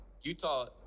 Utah